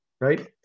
Right